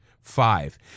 Five